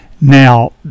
now